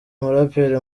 umuraperi